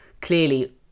clearly